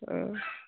অ